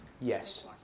Yes